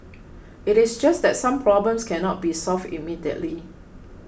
it is just that some problems cannot be solved immediately